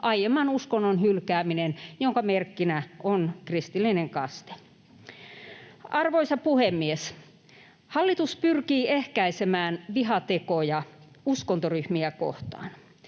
aiemman uskonnon hylkääminen, jonka merkkinä on kristillinen kaste. Arvoisa puhemies! Hallitus pyrkii ehkäisemään vihatekoja uskontoryhmiä kohtaan.